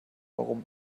warum